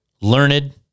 learned